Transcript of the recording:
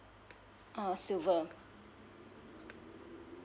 ah silver